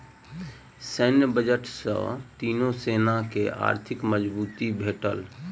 सैन्य बजट सॅ तीनो सेना के आर्थिक मजबूती भेटल